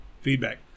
Feedback